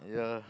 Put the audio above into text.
yeah